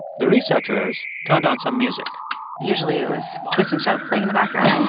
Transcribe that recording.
the researchers turned on some music usually, it was twist and shout playing the background